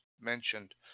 mentioned